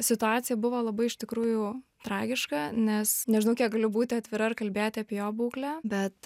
situacija buvo labai iš tikrųjų tragiška nes nežinau kiek galiu būti atvira ir kalbėti apie jo būklę bet